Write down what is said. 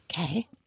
Okay